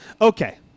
Okay